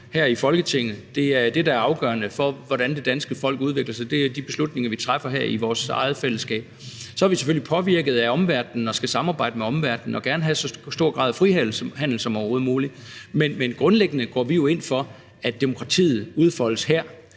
her i vores eget fællesskab, der er afgørende for, hvordan det danske folk udvikler sig. Så er vi selvfølgelig påvirket af omverdenen og skal samarbejde med omverdenen og gerne have så stor grad af frihandel som overhovedet muligt; men grundlæggende går vi jo ind for, at demokratiet udfoldes her